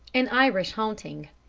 an irish haunting